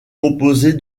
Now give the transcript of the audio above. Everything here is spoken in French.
composée